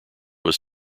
was